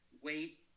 wait